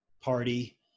party